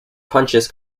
punches